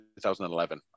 2011